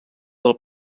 del